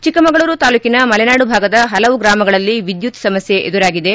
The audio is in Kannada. ಚಿಕ್ಕಮಗಳೂರು ತಾಲ್ಲೂಕಿನ ಮಲೆನಾಡು ಭಾಗದ ಪಲವು ಗ್ರಾಮಗಳಲ್ಲಿ ವಿದ್ಯುತ್ ಸಮಸ್ಕೆ ಎದುರಾಗಿದೆ